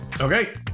Okay